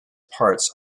parts